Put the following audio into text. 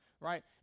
right